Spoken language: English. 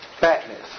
fatness